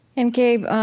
and, gabe,